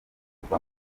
kuva